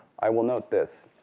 i will note this.